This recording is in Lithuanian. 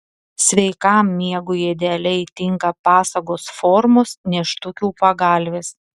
sveikam miegui idealiai tinka pasagos formos nėštukių pagalvės